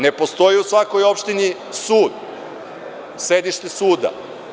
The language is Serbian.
Ne postoji u svakoj opštini sud, sedište suda.